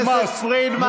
וחמאס, מצעד הדגלים.